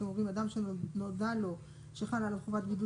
אתם אומרים "אדם שנודע לו שחלה עליו חובת בידוד